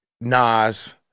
Nas